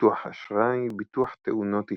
ביטוח אשראי, ביטוח תאונות אישיות,